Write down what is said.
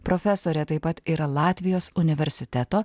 profesorė taip pat yra latvijos universiteto